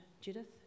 Judith